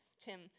Tim